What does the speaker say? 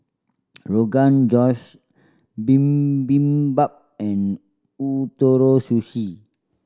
Rogan Josh Bibimbap and Ootoro Sushi